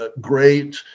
great